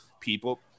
people